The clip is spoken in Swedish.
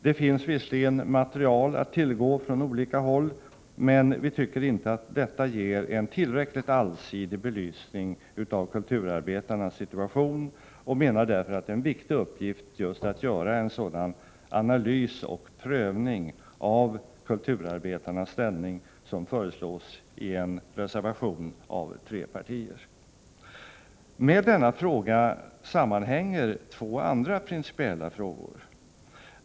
Det finns visserligen material att tillgå från olika håll, men vi tycker inte att detta ger en tillräckligt allsidig belysning av kulturarbetarnas situation och menar därför att det är en viktig uppgift just att göra en sådan analys och en sådan prövning av kulturarbetarnas ställning som föreslås i en reservation från tre partier. Med denna fråga sammanhänger två andra principiella frågor.